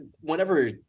whenever –